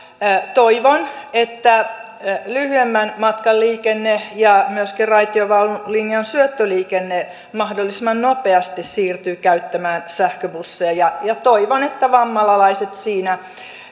toivon että lyhyemmän matkan liikenne ja myöskin raitiovaunulinjan syöttöliikenne mahdollisimman nopeasti siirtyvät käyttämään sähköbusseja ja toivon että vammalalaiset